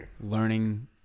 learning